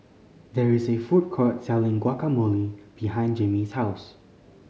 there is a food court selling Guacamole behind Jamie's house